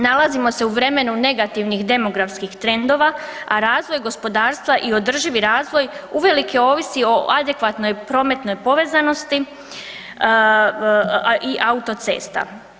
Nalazimo se u vremenu negativnih demografskih trendova, a razvoj gospodarstva i održivi razvoj uvelike ovisi o adekvatnoj prometnoj povezanosti, a i autocesta.